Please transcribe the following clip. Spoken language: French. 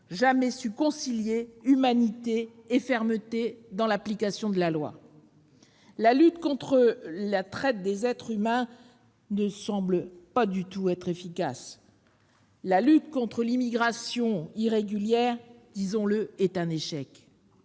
jamais su concilier humanité et fermeté dans l'application de la loi. La lutte contre la traite des êtres humains ne semble pas être efficace. La lutte contre l'immigration irrégulière, disons-le, est un échec.